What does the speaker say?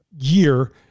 year